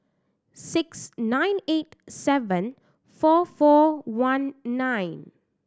six nine eight seven four four one nine